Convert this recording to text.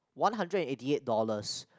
one hundred and eighty eight dollars